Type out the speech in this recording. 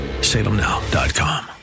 Salemnow.com